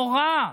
נורא.